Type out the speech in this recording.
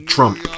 Trump